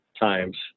times